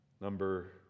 Number